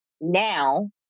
now